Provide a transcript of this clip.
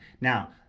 Now